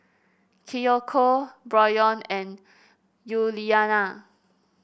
Kiyoko Bryon and Yuliana